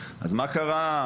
אז מה קרה?